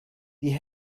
die